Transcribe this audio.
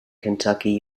kentucky